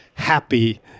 happy